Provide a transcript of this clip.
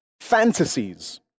fantasies